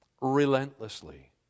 relentlessly